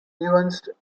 nuanced